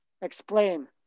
explain